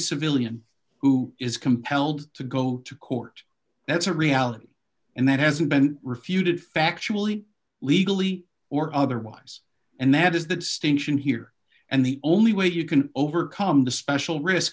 civilian who is compelled to go to court that's a reality and that hasn't been refuted factually legally or otherwise and that is that station here and the only way you can overcome the special risk